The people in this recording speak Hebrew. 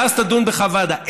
ואז תדון בך ועדה.